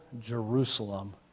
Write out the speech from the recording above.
Jerusalem